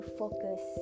focus